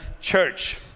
church